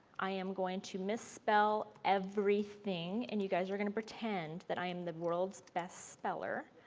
i am going to misspell everything and you guys are going to pretend that i am the world's best speller